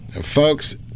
Folks